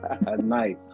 Nice